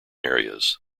areas